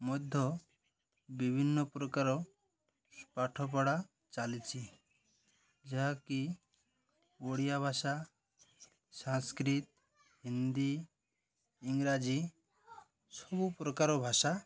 ମଧ୍ୟ ବିଭିନ୍ନ ପ୍ରକାର ପାଠପଢ଼ା ଚାଲିଛି ଯାହାକି ଓଡ଼ିଆ ଭାଷା ସାଂସ୍କ୍ରିଟ ହିନ୍ଦୀ ଇଂରାଜୀ ସବୁପ୍ରକାର ଭାଷା